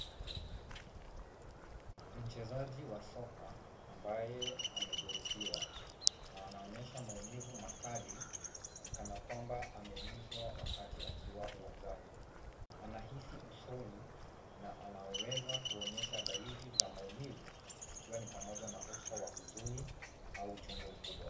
Mchezaji wa soka ambaye amejeruhiwa na anaonyesha maumivu makali na ni kanakwamba ameumizwa wakati akiwa uwanjani. Anahisi ufuni na uanaweza kuonyesha dalili za maumivu ikiwa ni pamoja na uso wa huzuni au uchungu mkubwa.